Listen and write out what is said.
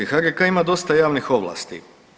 HGK ima dosta javnih ovlasti.